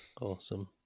Awesome